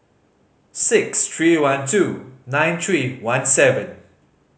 six three one two nine three one seven